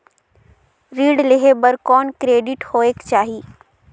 ऋण लेहे बर कौन क्रेडिट होयक चाही?